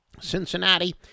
Cincinnati